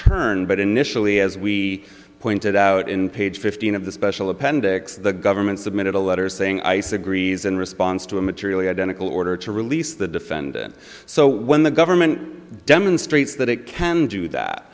turn but initially as we pointed out in page fifteen of the special appendix the government submitted a letter saying ice agrees in response to a materially identical order to release the defendant so when the government demonstrates that it can do that